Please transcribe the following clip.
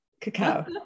Cacao